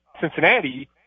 Cincinnati